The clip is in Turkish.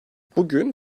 bugün